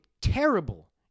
terrible